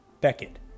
Beckett